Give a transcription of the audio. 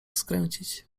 skręcić